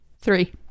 Three